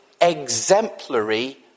exemplary